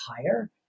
higher